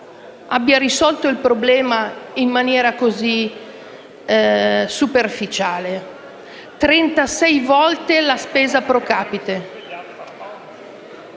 abbia risolto il problema in maniera così superficiale: lo ripeto, la spesa *pro capite*